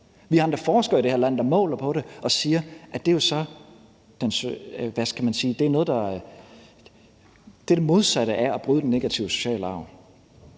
Vi har endda forskere i det her land, der måler på det og siger, at det er det modsatte af at bryde den negative sociale arv.